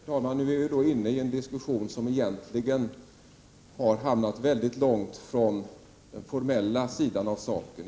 Herr talman! Vi är nu inne i en diskussion som har hamnat mycket långt från den formella sidan.